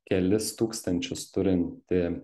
kelis tūkstančius turinti